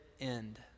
end